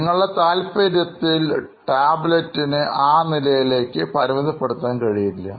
നിങ്ങളുടെ താൽപര്യത്തിൽ ടാബ്ലെറ്റിന് ആ നിലയിലേക്ക് പരിമിതപ്പെടുത്താൻ കഴിയില്ല